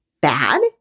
bad